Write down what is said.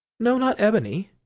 no, not ebony.